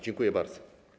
Dziękuję bardzo.